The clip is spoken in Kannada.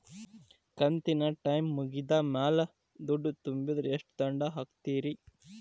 ಕಂತಿನ ಟೈಮ್ ಮುಗಿದ ಮ್ಯಾಲ್ ದುಡ್ಡು ತುಂಬಿದ್ರ, ಎಷ್ಟ ದಂಡ ಹಾಕ್ತೇರಿ?